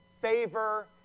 favor